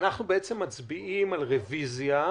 אנחנו מצביעים על רוויזיה,